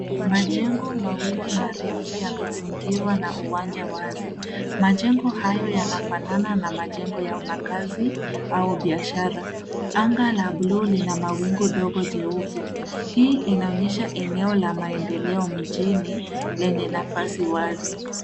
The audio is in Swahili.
Majengo mawili marefu yamezingirwa na uwanja wazi. Majengo hayo yanafanana na majengo ya makazi au biashara. Anga la blue lina mawingu dogo jeupe. Hii inaonyesha eneo la maendeleo mjini lenye nafasi wazi.